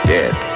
Dead